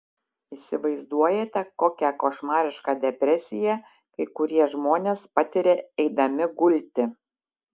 įsivaizduojate kokią košmarišką depresiją kai kurie žmonės patiria eidami gulti